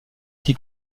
qui